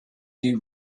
you